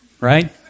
right